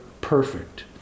perfect